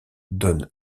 donne